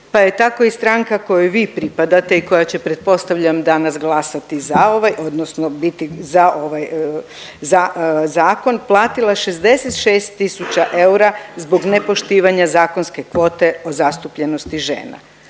pa je tako i stranka kojoj vi pripadate i koja će pretpostavljam danas glasati za ovaj, odnosno biti za zakon platila 66000 eura zbog nepoštivanja zakonske kvote o zastupljenosti žena.